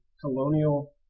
colonial